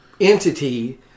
entity